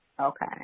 Okay